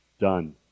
done